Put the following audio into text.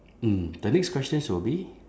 mm the next question shall be